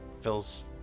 feels